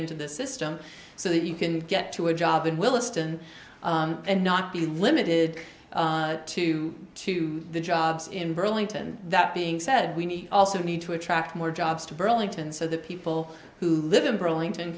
into the system so that you can get to a job in willesden and not be limited to two jobs in burlington that being said we also need to attract more jobs to burlington so the people who live in burlington